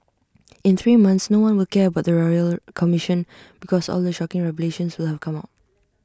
in three months no one will care about the royal commission because all the shocking revelations will have come out